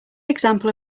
example